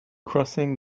crossing